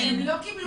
אין.